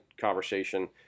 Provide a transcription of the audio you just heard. conversation